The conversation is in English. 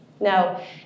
No